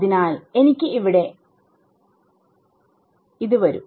അതിനാൽ എനിക്ക് ഇവിടെ വരും